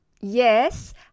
Yes